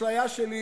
האשליה שלי,